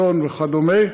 צאן וכדומה.